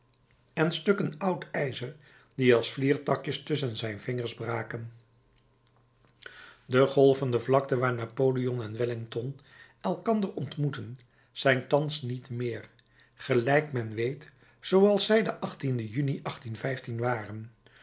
en stukken oud ijzer die als vliertakjes tusschen zijn vingers braken de golvende vlakte waar napoleon en wellington elkander ontmoetten zijn thans niet meer gelijk men weet zooals zij den juni waren